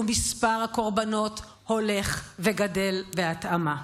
ומספר הקורבנות הולך וגדל בהתאמה.